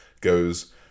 goes